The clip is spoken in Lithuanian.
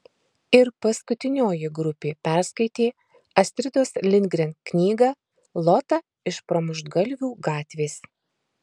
ir paskutinioji grupė perskaitė astridos lindgren knygą lota iš pramuštgalvių gatvės